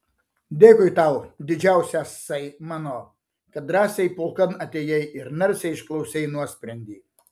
dėkui tau didžiausiasai mano kad drąsiai pulkan atėjai ir narsiai išklausei nuosprendį